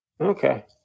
okay